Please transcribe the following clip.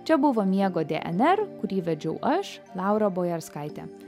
čia buvo miego dnr kurį vedžiau aš laura bojarskaitė